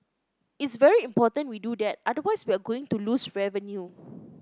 it's very important we do that otherwise we are going to lose revenue